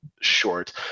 short